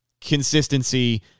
consistency